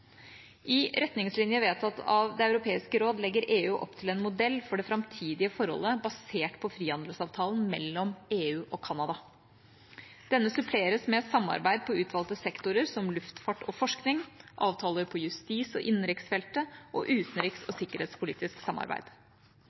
I retningslinjer vedtatt av Det europeiske råd legger EU opp til en modell for det framtidige forholdet basert på frihandelsavtalen mellom EU og Canada. Denne suppleres med samarbeid på utvalgte sektorer som luftfart og forskning, avtaler på justis- og innenriksfeltet og utenriks- og sikkerhetspolitisk samarbeid.